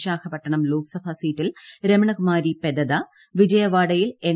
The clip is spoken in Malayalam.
വിശാഖപട്ടണം ലോക്സഭാ സീറ്റിൽ രമണകുമാരി പെദദ വിജയവാഡയിൽ എൻ